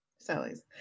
Sally's